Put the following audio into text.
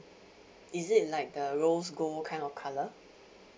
is it like the rose gold kind of color